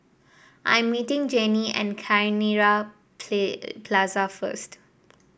I'm meeting Jenni at Cairnhill Play Plaza first